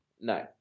No